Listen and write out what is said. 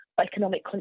economic